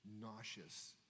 nauseous